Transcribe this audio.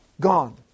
Gone